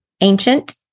ancient